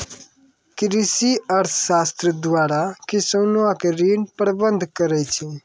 कृषि अर्थशास्त्र द्वारा किसानो के ऋण प्रबंध करै छै